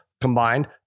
combined